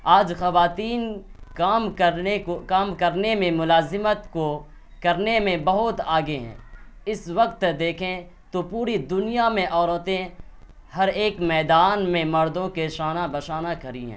آج خواتین کام کرنے کو کام کرنے میں ملازمت کو کرنے میں بہت آگے ہیں اس وقت دیکھیں تو پوری دنیا میں عورتیں ہر ایک میدان میں مردوں کے شانہ بشانہ کھڑی ہیں